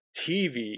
TV